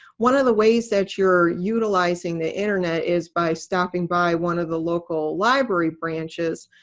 one of the ways that you're utilizing the internet is by stopping by one of the local library branches,